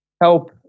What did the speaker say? help